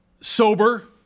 sober